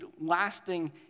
lasting